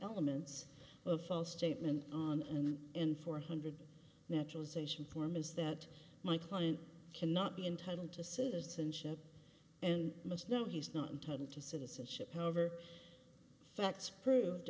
elements of false statement on and in four hundred naturalization form is that my client cannot be entitled to citizen ship and must not he's not in time to citizenship however facts proved